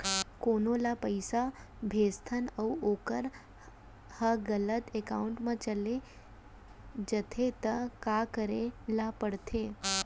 कोनो ला पइसा भेजथन अऊ वोकर ह गलत एकाउंट में चले जथे त का करे ला पड़थे?